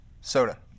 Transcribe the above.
soda